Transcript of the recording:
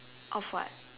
of what